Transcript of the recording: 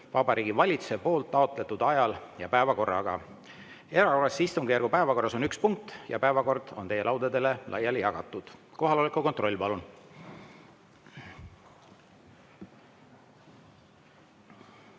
Vabariigi Valitsuse taotletud ajal ja päevakorraga. Erakorralise istungjärgu päevakorras on üks punkt ja päevakord on teie laudadele laiali jagatud. Kohaloleku kontroll, palun!